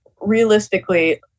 realistically